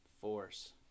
force